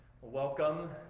welcome